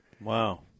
Wow